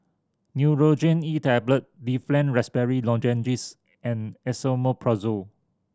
Nurogen E Tablet Difflam Raspberry Lozenges and Esomeprazole